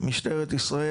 משטרת ישראל,